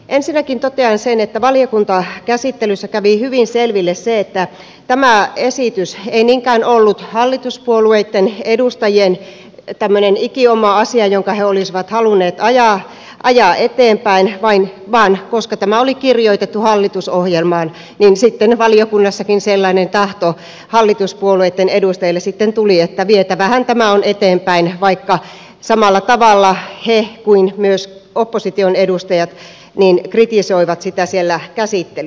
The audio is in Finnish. ensinnäkin totean sen että valiokuntakäsittelyssä kävi hyvin selville se että tämä esitys ei niinkään ollut hallituspuolueitten edustajien tämmöinen ikioma asia jonka he olisivat halunneet ajaa eteenpäin vaan koska tämä oli kirjoitettu hallitusohjelmaan niin sitten valiokunnassakin sellainen tahto hallituspuolueitten edustajille sitten tuli että vietävähän tämä on eteenpäin vaikka samalla tavalla he kuten myös opposition edustajat kritisoivat sitä siellä käsittelyssä